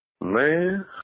Man